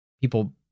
People